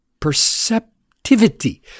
perceptivity—